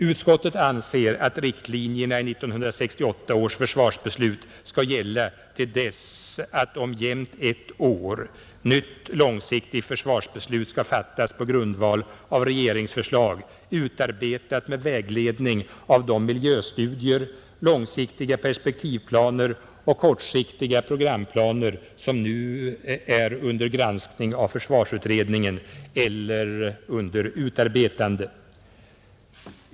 Utskottet anser att riktlinjerna i 1968 års försvarsbeslut skall gälla till dess att, om jämnt ett år, nytt långsiktigt försvarsbeslut skall fattas på grundval av regeringsförslag utarbetat med vägledning av de miljöstudier, långsiktiga perspektivplaner och kortsiktiga programplaner som nu är under granskning av försvarsutredningen eller under utarbetande.